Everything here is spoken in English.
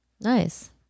Nice